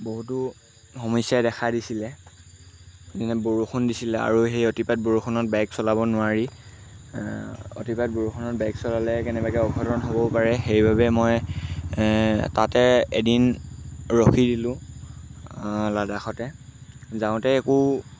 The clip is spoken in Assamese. বহুতো সমস্যাই দেখা দিছিলে যেনে বৰষুণ দিছিলে আৰু সেই অতিপাত বৰষুণত বাইক চলাব নোৱাৰি অতিপাত বৰষুণত বাইক চলালে কেনেবাকৈ অঘটন হ'বও পাৰে সেইবাবে মই তাতে এদিন ৰখি দিলোঁ লাডাখলৈ যাওঁতে একো